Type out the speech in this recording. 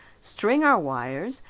string our wires,